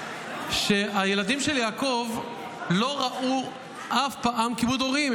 היא שהילדים שלי יעקב לא ראו אף פעם כיבוד הורים.